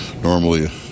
normally